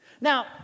Now